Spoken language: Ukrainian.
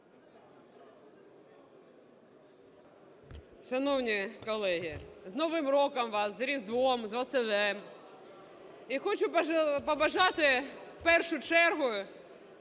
Шановні колеги, з Новим роком вас, з Різдвом, з Василем. І хочу побажати в першу чергу